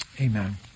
Amen